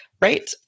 right